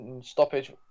stoppage